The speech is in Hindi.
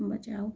बचाओ